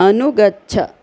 अनुगच्छ